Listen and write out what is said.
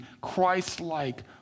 Christ-like